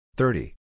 thirty